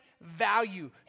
value